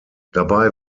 dabei